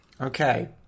Okay